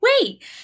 wait